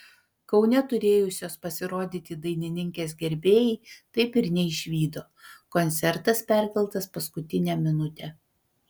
kaune turėjusios pasirodyti dainininkės gerbėjai taip ir neišvydo koncertas perkeltas paskutinę minutę